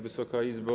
Wysoka Izbo!